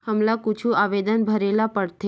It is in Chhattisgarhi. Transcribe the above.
हमला कुछु आवेदन भरेला पढ़थे?